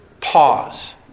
Pause